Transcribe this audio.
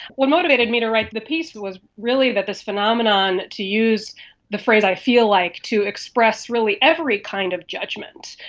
what motivated me to write the piece was really that this phenomenon, to use the phrase i feel like to express really every kind of judgement,